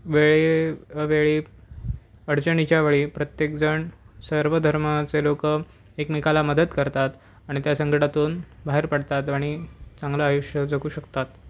वेळे अवेळी अडचणीच्या वेळी प्रत्येकजण सर्व धर्माचे लोकं एकमेकाला मदत करतात आणि त्या संकटातून बाहेर पडतात आणि चांगलं आयुष्य जगू शकतात